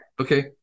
Okay